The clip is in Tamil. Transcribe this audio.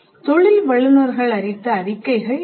தொழில் வல்லுநர்கள் அளித்த அறிக்கைகள் இவை